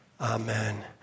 Amen